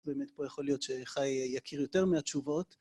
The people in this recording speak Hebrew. באמת, פה יכול להיות שחי יכיר יותר מהתשובות.